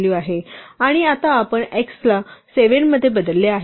आणि आता आपण x ला 7 मध्ये बदलले आहे